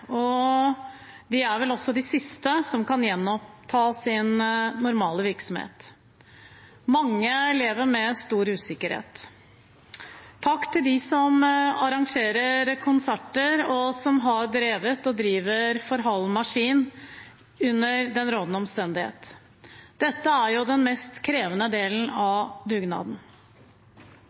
og de er vel også de siste som kan gjenoppta sin normale virksomhet. Mange lever med stor usikkerhet. Takk til dem som arrangerer konserter, og som har drevet og driver for halv maskin under den rådende omstendighet. Dette er den mest krevende delen av dugnaden.